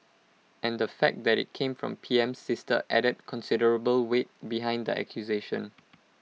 and the fact that IT came from PM's sister added considerable weight behind the accusation